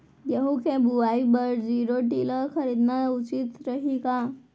गेहूँ के बुवाई बर जीरो टिलर खरीदना उचित रही का?